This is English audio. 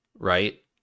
right